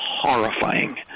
horrifying